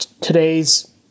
today's